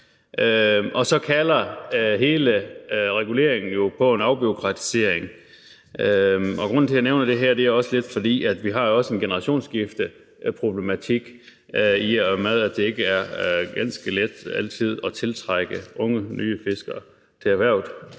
og så kalder hele reguleringen jo på en afbureaukratisering. Grunden til, at jeg nævner det, er lidt, at vi også har en problematik med generationsskifte, i og med at det ikke altid er ganske let at tiltrække unge, nye fiskere til erhvervet.